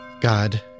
God